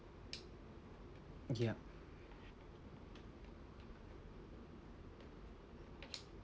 yep